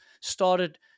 started